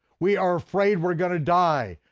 we are afraid we're going to die.